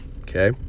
okay